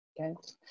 Okay